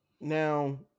Now